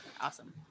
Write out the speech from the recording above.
Awesome